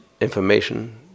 information